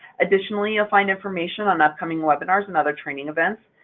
additionally, you'll find information on upcoming webinars and other training events.